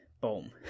boom